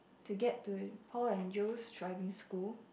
to get to Paul and Joe's driving school